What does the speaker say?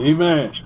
Amen